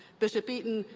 bishop eaton,